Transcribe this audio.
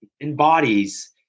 embodies